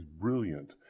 brilliant